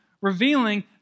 revealing